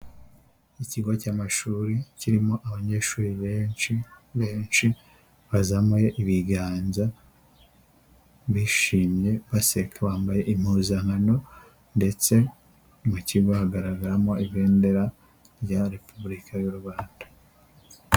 Ikigo cy'amashuri kirimo abanyeshuri benshi, benshi, baza bazamuye ibiganza bishimye, baseka. Bambaye impuzankano, ndetse mu kigo hagaragaramo ibendera rya Repubulika y'u Rwanda.